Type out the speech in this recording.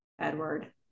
Edward